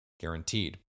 guaranteed